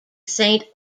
saint